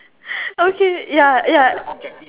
okay ya ya